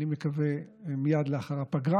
אני מקווה שמייד לאחר הפגרה.